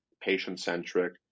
patient-centric